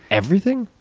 everything?